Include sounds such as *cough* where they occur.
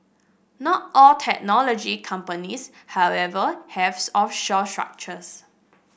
not all technology companies however have *unintelligible* offshore structures